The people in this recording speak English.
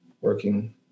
working